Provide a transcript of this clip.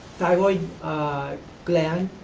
thyroid gland.